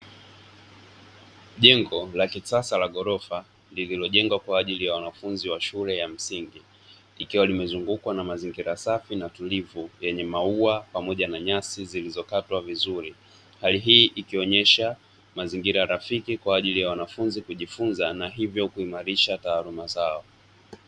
Jengo la kisasa la ghorofa lililojengwa kwa ajili ya wanafunzi wa shule ya msingi likiwa limezungukwa na mazingira safi na tulivu yenye maua pamoja na nyasi zilizokatwa vizuri, hali hii ikionesha mazingira rafiki kwa ajili ya wanafunzi kujifunza na hivyo kuimarisha taaluma zao.